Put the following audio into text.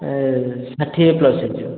ଷାଠିଏ ପ୍ଲସ୍ ହେଇଯିବ